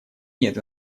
нет